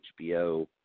HBO